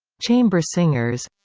chamber singers